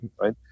right